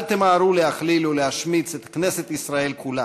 אל תמהרו להכליל ולהשמיץ את כנסת ישראל כולה,